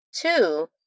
Two